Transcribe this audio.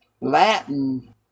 Latin